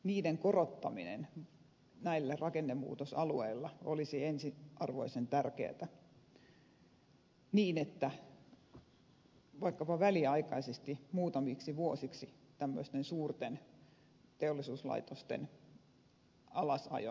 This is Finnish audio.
niiden korottaminen näillä rakennemuutosalueilla olisi ensi arvoisen tärkeää vaikkapa väliaikaisesti muutamiksi vuosiksi tämmöisten suurten teollisuuslaitosten alasajon korvaamiseksi